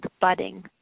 budding